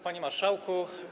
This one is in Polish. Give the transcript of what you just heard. Panie Marszałku!